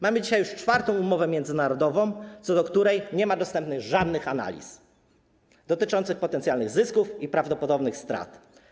Mamy już dzisiaj czwartą umowę międzynarodowa, co do której nie ma dostępnych żadnych analiz dotyczących potencjalnych zysków i prawdopodobnych strat.